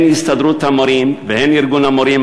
הן הסתדרות המורים והן ארגון המורים,